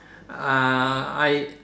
uh I